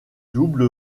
double